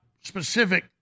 specific